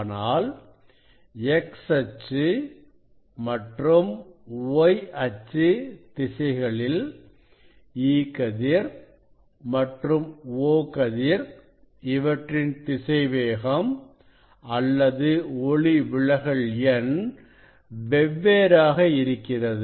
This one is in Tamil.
ஆனால் X அச்சு மற்றும் Y அச்சு திசைகளில் E கதிர் மற்றும் O கதிர் இவற்றின் திசைவேகம் அல்லது ஒளிவிலகல் எண் வெவ்வேறாக இருக்கிறது